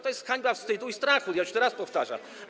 To jest hańba wstydu i strachu, jeszcze raz powtarzam.